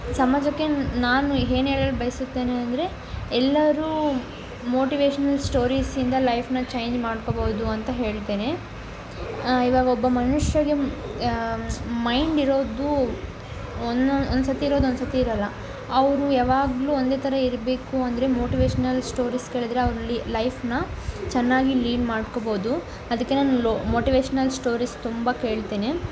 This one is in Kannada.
ಸಮಾಜಕ್ಕೆ ನಾನು ಏನ್ ಹೇಳ ಬಯಸುತ್ತೇನೆ ಅಂದರೆ ಎಲ್ಲರೂ ಮೋಟಿವೇಶ್ನಲ್ ಸ್ಟೋರೀಸಿಂದ ಲೈಫನ್ನ ಚೇಂಜ್ ಮಾಡ್ಕೋಬೌದು ಅಂತ ಹೇಳ್ತೇನೆ ಇವಾಗ ಒಬ್ಬ ಮನುಷ್ಯಗೆ ಮೈಂಡ್ ಇರೋದು ಒಂದೊಂ ಒಂದು ಸತಿ ಇರೋದು ಒಂದು ಸತಿ ಇರಲ್ಲ ಅವರು ಯಾವಾಗಲೂ ಒಂದೇ ಥರ ಇರಬೇಕು ಅಂದರೆ ಮೋಟಿವೇಶ್ನಲ್ ಶ್ಟೋರೀಸ್ ಕೇಳಿದ್ರೆ ಅವರಲ್ಲಿ ಲೈಫನ್ನ ಚೆನ್ನಾಗಿ ಲೀಡ್ ಮಾಡ್ಕೋಬೌದು ಅದಕ್ಕೆ ನಾನು ಮೋಟಿವೇಶ್ನಲ್ ಶ್ಟೋರೀಸ್ ತುಂಬ ಕೇಳ್ತೇನೆ